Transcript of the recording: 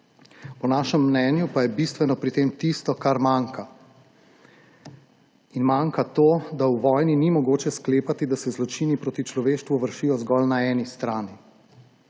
Po našem mnenju pa je bistveno pri tem tisto, kar manjka. Manjka to, da v vojni ni mogoče sklepati, da se zločini proti človeštvu vršijo zgolj na eni strani.